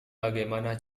bagaimana